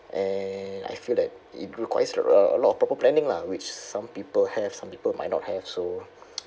and I feel that it requires a lot of proper planning lah which some people have some people might not have so